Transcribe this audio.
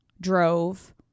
drove